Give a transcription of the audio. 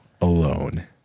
alone